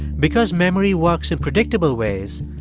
because memory works in predictable ways,